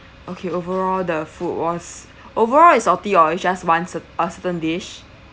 okay overall the food was overall is salty or it was just one cer~ a certain dish